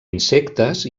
insectes